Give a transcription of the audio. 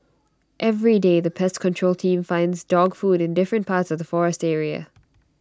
everyday the pest control team finds dog food in different parts of the forest area